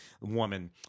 woman